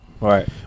Right